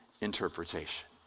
interpretation